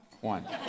One